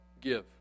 give